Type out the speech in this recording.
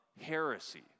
heresy